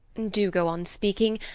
do go on speaking.